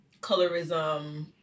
colorism